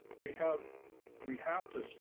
we have we have to,